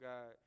God